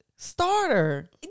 Starter